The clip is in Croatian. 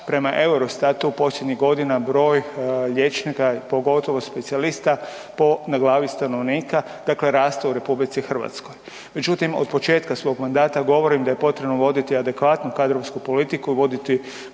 prema EUROSTAT-u posljednjih godina broj liječnika, pogotovo specijalista po glavi stanovnika raste u RH, međutim od početka svog mandata govorim da je potrebno voditi adekvatnu kadrovsku politiku i voditi